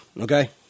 okay